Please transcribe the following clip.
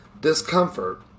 discomfort